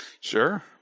Sure